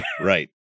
right